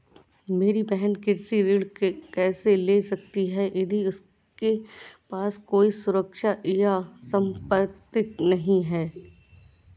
मेरी बहिन कृषि ऋण कैसे ले सकती है यदि उसके पास कोई सुरक्षा या संपार्श्विक नहीं है?